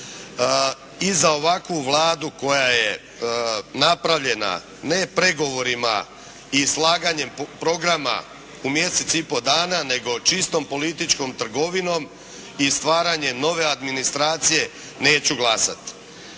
i za ovakvu Vladu koja je napravljena ne pregovorima i slaganjem programa u mjesec i po dana, nego čistom političkom trgovinom i stvaranje nove administracije neću glasati.